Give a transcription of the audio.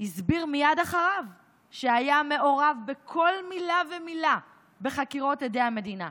הסביר מייד אחריו שהיה מעורב בכל מילה ומילה בחקירות עדי המדינה.